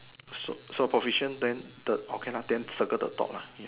so so proficient then circle the top lah ya